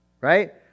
Right